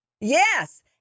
Yes